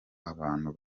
abantu